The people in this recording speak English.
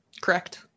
correct